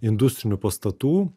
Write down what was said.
industrinių pastatų